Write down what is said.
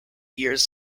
years